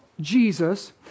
Jesus